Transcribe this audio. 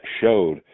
showed